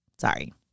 sorry